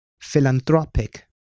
Philanthropic